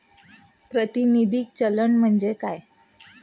प्रातिनिधिक चलन म्हणजे काय?